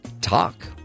talk